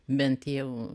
bent jau